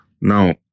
Now